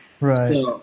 Right